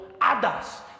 others